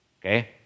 Okay